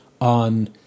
on